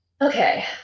Okay